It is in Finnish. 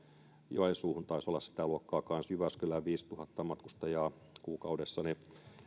joensuuhun taisi olla sitä luokkaa kanssa ja jyväskylään viisituhatta matkustajaa kuukaudessa niin